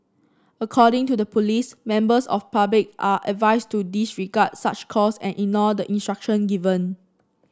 according to the police members of public are advised to disregard such calls and ignore the instructions given